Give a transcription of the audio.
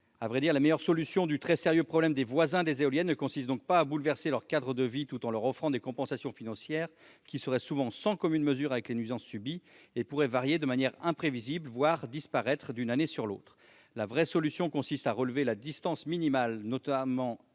À vrai dire, la meilleure solution du très sérieux problème des voisins des éoliennes ne consiste pas à bouleverser leur cadre de vie tout en leur offrant des compensations financières, qui seraient souvent sans commune mesure avec les nuisances subies et pourraient varier de manière imprévisible, voire disparaître d'une année à l'autre. La vraie solution consiste à relever la distance minimale, notoirement